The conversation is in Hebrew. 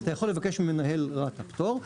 אתה יכול לבקש ממנהל רת"א פטור.